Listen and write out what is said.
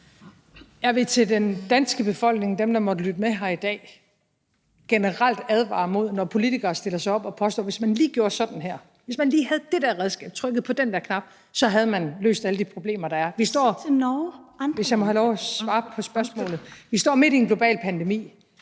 Jeg vil til den danske befolkning, dem, der måtte lytte med her i dag, generelt advare mod det, når politikere stiller sig op og påstår, at hvis man lige gjorde sådan her, hvis man lige havde det der redskab, trykkede på den der knap, så havde man løst alle de problemer, der er. (Pernille Vermund (NB): I Norge). Hvis jeg må have lov at svare på spørgsmålet – vi står midt i en global pandemi.